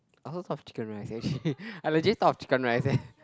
I also thought of chicken rice actually I legit thought of chicken rice leh